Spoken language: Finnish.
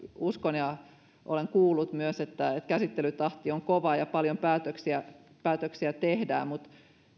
uskon ja olen kuullut myös että käsittelytahti on kova ja paljon päätöksiä päätöksiä tehdään mutta